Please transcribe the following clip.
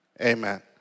Amen